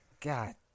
God